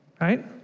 right